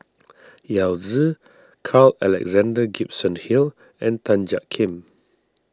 Yao Zi Carl Alexander Gibson Hill and Tan Jiak Kim